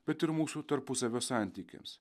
bet ir mūsų tarpusavio santykiams